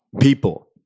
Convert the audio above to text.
people